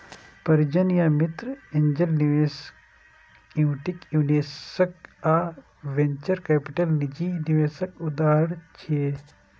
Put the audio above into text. परिजन या मित्र, एंजेल निवेशक, इक्विटी निवेशक आ वेंचर कैपिटल निजी निवेशक उदाहरण छियै